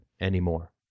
anymore